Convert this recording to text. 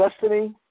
destiny